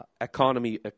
economy